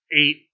eight